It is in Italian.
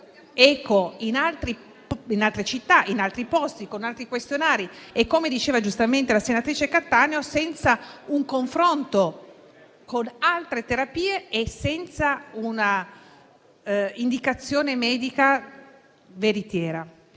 eco in altre città, in altri posti, con altri questionari e, come diceva giustamente la senatrice Cattaneo, senza un confronto con altre terapie e senza una indicazione medica veritiera.